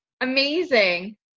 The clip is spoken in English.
Amazing